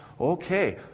Okay